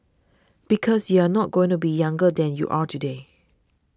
because you are not going to be younger than you are today